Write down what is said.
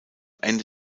ende